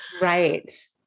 Right